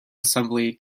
assembly